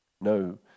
No